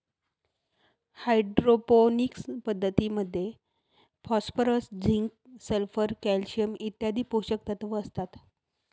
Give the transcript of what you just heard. hydroponics पद्धतीमध्ये phosphorus, zinc, sulphur, calcium इत्यादी पोषकतत्व असतात